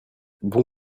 bon